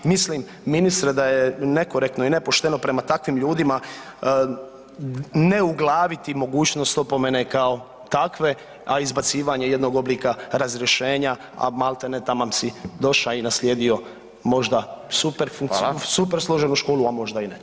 Mislim ministre da je nekorektno i nepošteno prema takvim ljudima ne uglaviti mogućnost opomene kao takve, a izbacivanje jednog oblika razrješenja, a maltene taman si došao i naslijedio možda super složenu školu, a možda i ne.